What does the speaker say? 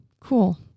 cool